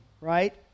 right